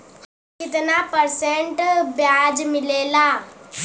कितना परसेंट ब्याज मिलेला?